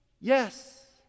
Yes